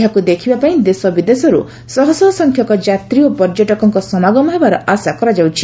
ଏହାକ ଦେଖବାପାଇଁ ଦେଶ ବିଦେଶର୍ ଶହ ଶହ ସଂଖ୍ୟକ ଯାତ୍ରୀ ଓ ପର୍ଯ୍ୟଟକଙ୍କ ସମାଗମ ହେବାର ଆଶା କରାଯାଉଛି